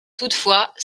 toutefois